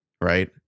Right